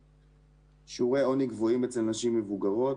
8. שיעורי עוני גבוהים אצל נשים מבוגרות.